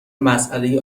مساله